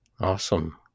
Awesome